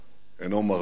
אינו מרפה,